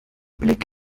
blick